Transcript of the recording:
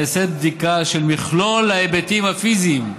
נעשית בדיקה של מכלול ההיבטים הפיזיים,